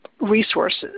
resources